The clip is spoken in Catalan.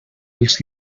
els